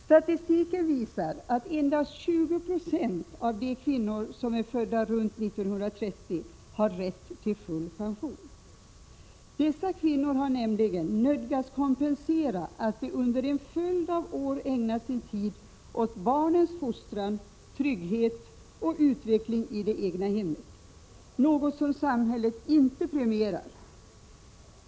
Statistiken visar att endast 20 96 av de kvinnor som är födda runt 1930 har rätt till full pension. Dessa kvinnor har nämligen nödgats kompensera att de under en följd av år ägnat sin tid åt barnens fostran, trygghet och utveckling i det egna hemmet, något som samhället inte premierar.